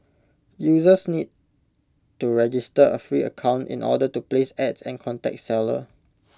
users need to register A free account in order to place ads and contact seller